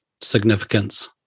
significance